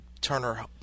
Turner